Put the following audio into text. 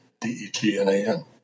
D-E-G-N-A-N